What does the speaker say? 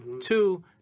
Two